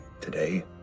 today